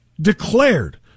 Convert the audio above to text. declared